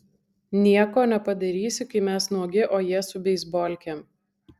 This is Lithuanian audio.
nieko nepadarysi kai mes nuogi o jie su beisbolkėm